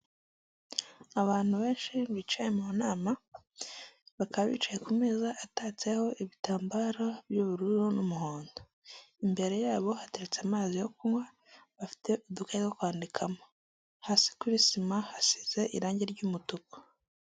Abantu benshi bicaye mu nama, bakaba bicaye ku meza atatseho ibitambara by'ubururu n'umuhondo. Imbere yabo hateretse amazi yo kunywa, bafite udukayi two kwandikamo. Hasi kuri sima hasize irangi ry'umutuku.